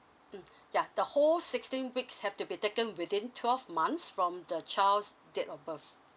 mm yeah the whole sixteen weeks have to be taken within twelve months from the child's date of birth